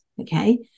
Okay